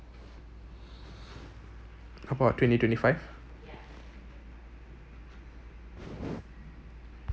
about twenty twenty five